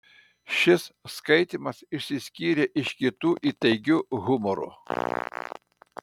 šis skaitymas išsiskyrė iš kitų įtaigiu humoru